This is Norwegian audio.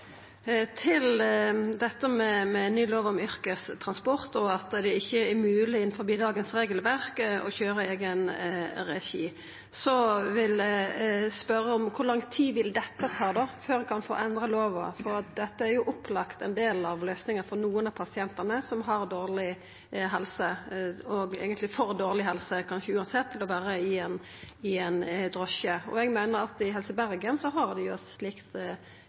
at det ikkje er mogeleg innanfor dagens regelverk å køyra i eiga regi, vil eg spørja: Kor lang tid vil det ta før vi kan få endra lova? Dette er opplagt ein del av løysninga for nokre av pasientane som har dårleg helse – eigentleg for dårleg helse kanskje uansett – til å vera i ein drosje. Eg meiner Helse Bergen har eit slikt tilbod. Eg veit ikkje om helseministeren kan svara på dette på ståande fot, men eg har i alle fall fått melding om at det